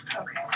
Okay